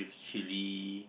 chilli